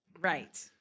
right